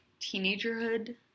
teenagerhood